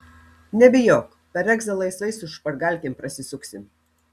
nebijok per egzą laisvai su špargalkėm prasisuksim